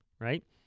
Right